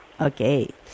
Okay